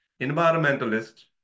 environmentalists